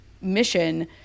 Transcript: mission